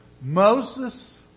Moses